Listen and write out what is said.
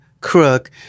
Crook